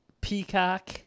Peacock